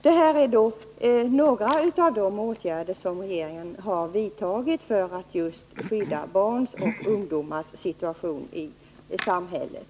Det här är blott några av de åtgärder som regeringen har vidtagit för att skydda barnen och ungdomarna i samhället.